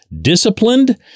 disciplined